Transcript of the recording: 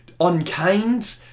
unkind